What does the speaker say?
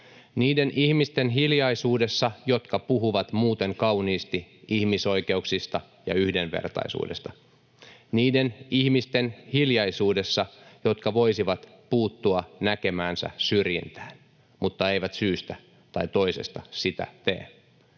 niiden ihmisten hiljaisuudessa, jotka puhuvat muuten kauniisti ihmisoikeuksista ja yhdenvertaisuudesta, niiden ihmisten hiljaisuudessa, jotka voisivat puuttua näkemäänsä syrjintään mutta eivät syystä tai toisesta sitä tee.